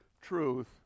truth